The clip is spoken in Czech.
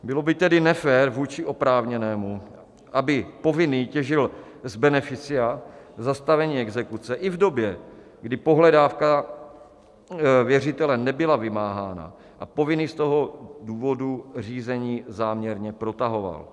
Bylo by tedy nefér vůči oprávněnému, aby povinný těžil z beneficia zastavení exekuce i v době, kdy pohledávka věřitele nebyla vymáhána a povinný z toho důvodu řízení záměrně protahoval.